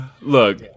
Look